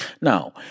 Now